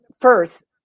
first